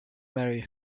marry